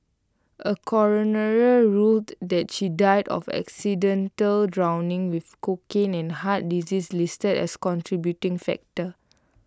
A coroner ruled that she died of accidental drowning with cocaine and heart disease listed as contributing factors